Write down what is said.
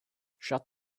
shut